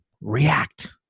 React